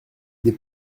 des